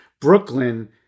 Brooklyn